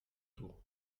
tour